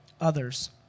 others